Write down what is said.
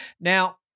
Now